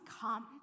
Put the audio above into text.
come